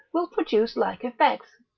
will produce like effects.